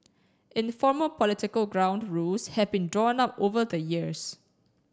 informal political ground rules have been drawn up over the years